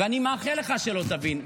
ואני מאחל לך שלא תבין.